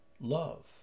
love